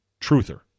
truther